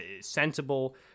sensible